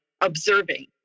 observing